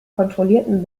kontrollierten